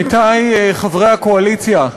עמיתי חברי הקואליציה,